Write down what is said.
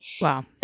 Wow